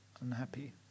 unhappy